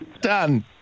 done